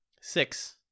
Six